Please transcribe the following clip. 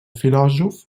filòsof